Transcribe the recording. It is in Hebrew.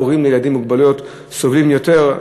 הורים לילדים עם מוגבלויות סובלים יותר,